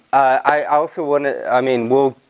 i also want. i mean we'll